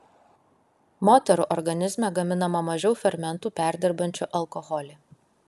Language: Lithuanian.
moterų organizme gaminama mažiau fermentų perdirbančių alkoholį